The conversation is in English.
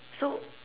so